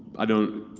i don't.